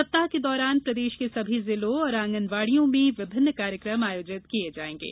सप्ताह के दौरान प्रदेश के सभी जिलों और आंगनवाडियों ने विभिन्न कार्यक्रम आयोजित किये जायेंगे